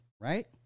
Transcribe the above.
right